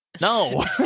No